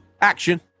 Action